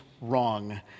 wrong